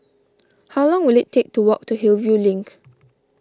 how long will it take to walk to Hillview Link